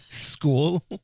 school